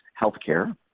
healthcare